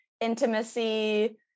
intimacy